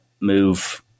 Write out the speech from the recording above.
move